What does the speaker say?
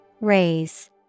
Raise